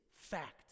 fact